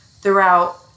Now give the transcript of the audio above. throughout